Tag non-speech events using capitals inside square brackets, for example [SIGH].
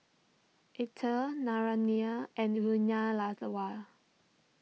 Atal Naraina and [UNINTELLIGIBLE]